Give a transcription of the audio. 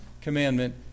commandment